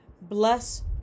bless